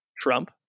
Trump